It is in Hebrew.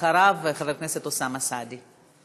אחריו, חבר הכנסת אוסאמה סעדי.